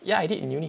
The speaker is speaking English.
yeah I did in uni